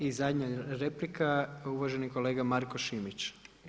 I zadnja replika, uvaženi kolega Marko Šimić.